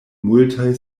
multaj